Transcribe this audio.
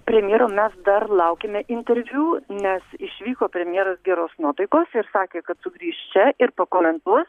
premjero mes dar laukiame interviu nes išvyko premjeras geros nuotaikos ir sakė kad sugrįš čia ir pakomentuos